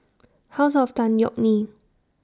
House of Tan Yeok Nee